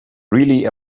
really